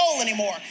anymore